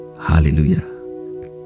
hallelujah